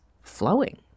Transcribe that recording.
flowing